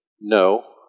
No